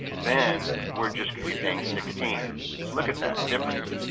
then we're just going to be paying sixteen. so just look at that difference.